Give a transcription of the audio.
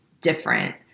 different